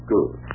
Good